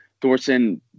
thorson